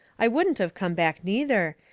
i wouldn't of come back neither,